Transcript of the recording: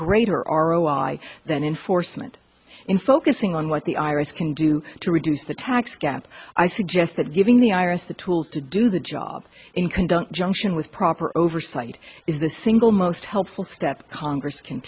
greater r o i that enforcement in focusing on what the iris can do to reduce the tax gap i suggest that giving the iris the tools to do the job in conduct junction with proper oversight is the single most helpful step congress can